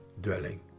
dwelling